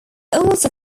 also